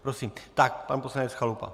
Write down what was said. Prosím, pane poslanec Chalupa.